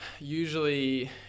usually